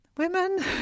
Women